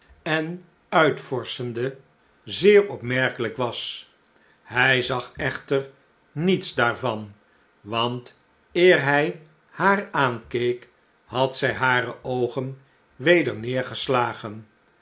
en uitvorschende zeer opmerkelijk was hij zag echter niets daarvan want eer hij haar aankeek had zij hare oogen weder